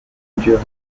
dure